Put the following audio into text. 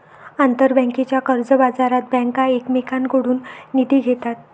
आंतरबँकेच्या कर्जबाजारात बँका एकमेकांकडून निधी घेतात